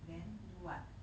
then do what